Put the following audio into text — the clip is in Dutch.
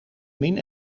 min